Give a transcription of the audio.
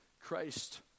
Christ